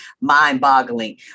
mind-boggling